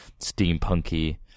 steampunky